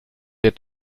der